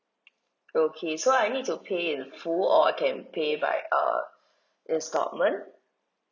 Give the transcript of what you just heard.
okay so I need to pay in full or I can pay by uh instalment